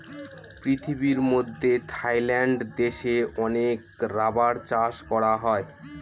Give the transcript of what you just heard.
পৃথিবীর মধ্যে থাইল্যান্ড দেশে অনেক রাবার চাষ করা হয়